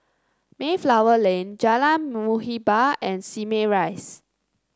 Mayflower Lane Jalan Muhibbah and Simei Rise